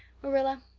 marilla,